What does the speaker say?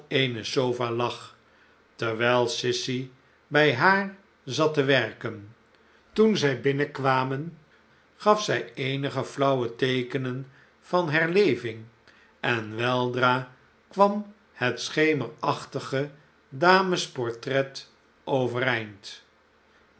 eene sofa lag terwijl sissy bij haar zat te werken toen zij binnenkwamen gaf zij eenige flauwe teekenen van herleving en weldra kwam het schemerachtige damesportret overeind